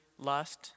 lust